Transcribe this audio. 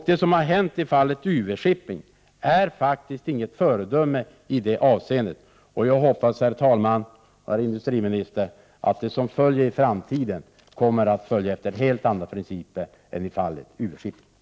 Det som har hänt i fallet UV-Shipping är inget föredöme i det avseendet, och jag hoppas, herr talman och herr industriminister, att det som följer i framtiden kommer att ske efter helt andra principer än i fallet UV-Shipping.